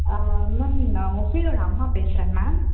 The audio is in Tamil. மேம் நான் முஃபீரோடய அம்மா பேசுகிறேன் மேம்